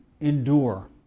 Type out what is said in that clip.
endure